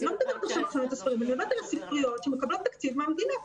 אני מדברת על הספריות שמקבלות תקציב מהמדינה.